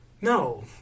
No